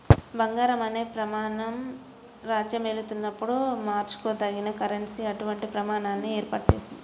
బంగారం అనే ప్రమాణం రాజ్యమేలుతున్నప్పుడు మార్చుకోదగిన కరెన్సీ అటువంటి ప్రమాణాన్ని ఏర్పాటు చేసింది